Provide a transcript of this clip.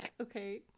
Okay